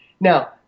Now